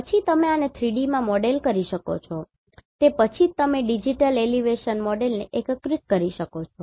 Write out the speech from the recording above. પછી તમે આને 3D માં મોડેલ કરી શકો છો તે પછી જ તમે ડિજિટલ એલિવેશન મોડેલને એકીકૃત કરી શકો છો